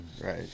Right